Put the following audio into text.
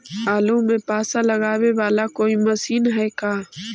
आलू मे पासा लगाबे बाला कोइ मशीन है का?